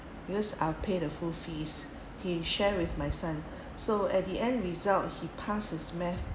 because I'll pay the full fees he share with my son so at the end result he passed his math